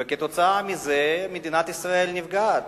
וכתוצאה מזה מדינת ישראל נפגעת,